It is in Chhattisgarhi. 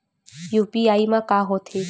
यू.पी.आई मा का होथे?